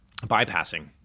bypassing